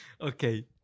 Okay